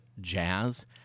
Jazz